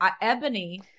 Ebony